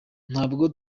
ntabwo